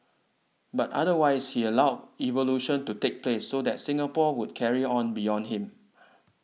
but otherwise he allowed evolution to take place so that Singapore would carry on beyond him